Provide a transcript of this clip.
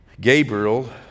Gabriel